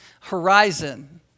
horizon